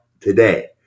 today